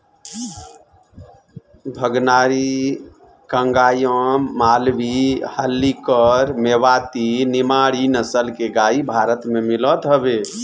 भगनारी, कंगायम, मालवी, हल्लीकर, मेवाती, निमाड़ी नसल के गाई भारत में मिलत हवे